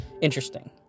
interesting